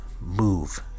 Move